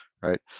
right